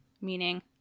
meaning